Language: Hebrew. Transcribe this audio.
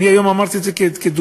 והיום אמרתי את זה כדוגמה,